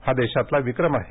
हा देशात विक्रम आहे